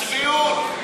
צביעות.